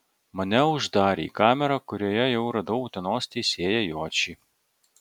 mane uždarė į kamerą kurioje jau radau utenos teisėją jočį